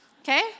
okay